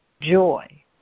joy